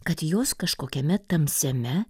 kad jos kažkokiame tamsiame